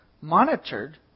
monitored